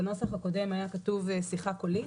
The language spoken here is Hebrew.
בנוסח הקודם היה כתוב "שיחה קולית"